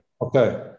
Okay